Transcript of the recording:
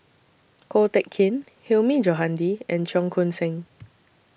Ko Teck Kin Hilmi Johandi and Cheong Koon Seng